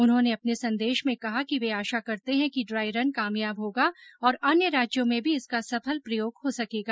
उन्होंने अपने संदेश में कहा कि वे आशा करते है कि ड्राई रन कामयाब होगा और अन्य राज्यों में भी इसका सफल प्रयोग हो सकेगा